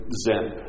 Zen